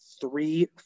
three